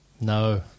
No